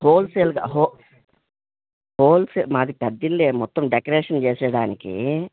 హోల్సేల్గా హో హోల్సేల్ మాది పెద్ద ఇల్లు మొత్తం డెకరేషన్ చేయడానికి